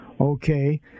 Okay